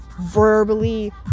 verbally